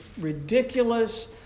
ridiculous